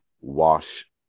wash